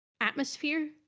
atmosphere